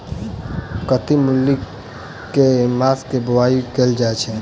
कत्की मूली केँ के मास मे बोवाई कैल जाएँ छैय?